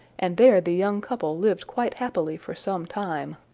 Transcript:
and there the young couple lived quite happily for some time.